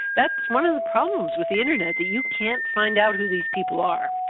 that's one of the problems with the internet, that you can't find out who these people are.